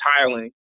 tiling